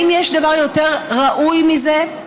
האם יש דבר יותר ראוי מזה?